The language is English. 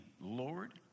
Lord